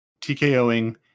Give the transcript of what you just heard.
TKOing